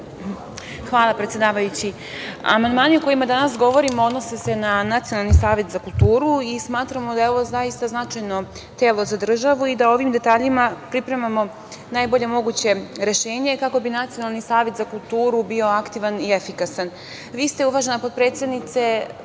Hvala, predsedavajući. Amandmani o kojima danas govorimo odnose se na Nacionalni savet za kulturu. Smatramo da je ovo zaista značajno telo za državu i da ovim detaljima pripremamo najbolje moguće rešenje kako bi Nacionalni savet za kulturu bio aktivan i efikasan. Vi ste, uvažena potpredsednice,